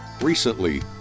Recently